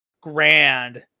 grand